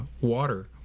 water